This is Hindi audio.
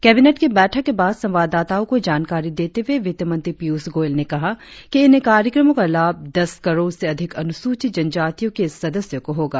कैबिनेट की बैठक के बाद संवाददाताओं को जानकारी देते हुए वित्तमंत्री पीयूष गोयल ने कहा कि इन कार्यक्रमों का लाभ दस करोड़ से अधिक अनुसूचित जनजातियों के सदस्यों को होगा